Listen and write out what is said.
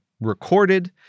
recorded